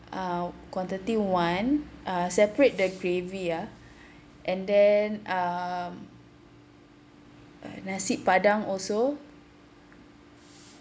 uh quantity one uh separate the gravy ah and then um uh nasi padang also